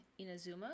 Inazuma